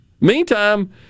Meantime